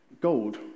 gold